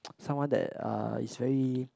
someone that uh is very